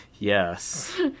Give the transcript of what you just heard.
Yes